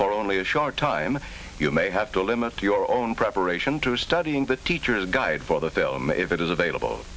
for only a short time you may have to limit your own preparation to studying the teacher guide for the film if it is available